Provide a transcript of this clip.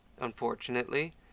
Unfortunately